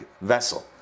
vessel